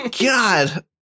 God